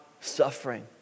suffering